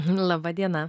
laba diena